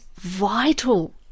vital